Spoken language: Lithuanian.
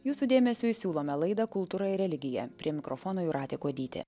jūsų dėmesiui siūlome laidą kultūra ir religija prie mikrofono jūratė kuodytė